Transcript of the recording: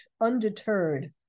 undeterred